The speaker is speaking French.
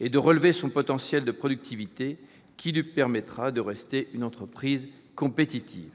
et de révéler son potentiel de productivité, qui lui permettra de rester une entreprise compétitive.